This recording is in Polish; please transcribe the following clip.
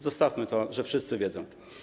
Zostawmy to, że wszyscy wiedzą.